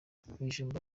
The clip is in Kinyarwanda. ibijumba